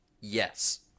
Yes